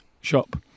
Shop